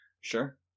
sure